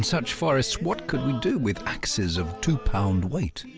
such forests what could we do with axes of two pound weight?